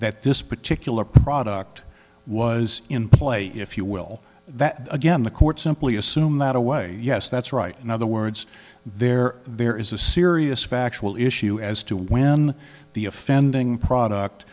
that this particular product was in play if you will that again the court simply assume that a way yes that's right in other words there there is a serious factual issue as to when the offending product